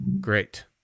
great